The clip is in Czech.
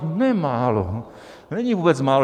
Ne málo, to není vůbec málo.